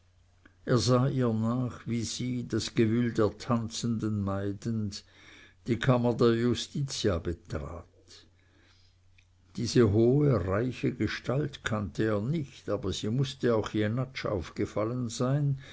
er sah ihr nach wie sie das gewühl der tanzenden meidend die kammer der justitia betrat diese hohe reiche gestalt kannte er nicht aber sie mußte auch jenatsch aufgefallen sein